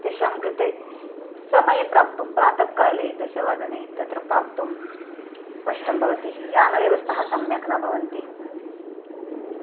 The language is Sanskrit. तेषां कृते समये प्राप्तुं प्रातःकाले दशवादने तत्र प्राप्तुं कष्टं भवति यानव्यवस्थाः सम्यक् न भवन्ति